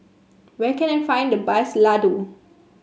where can I find the best laddu